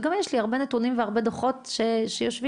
וגם יש לי הרבה נתונים והרבה דוחות שיושבים